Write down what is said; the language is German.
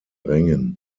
rängen